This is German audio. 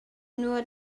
nur